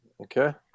okay